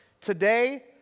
Today